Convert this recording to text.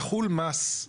יחול מס,